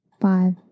five